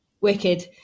wicked